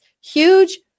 huge